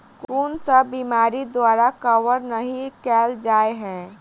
कुन सब बीमारि द्वारा कवर नहि केल जाय है?